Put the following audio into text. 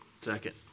Second